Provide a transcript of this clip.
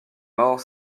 mort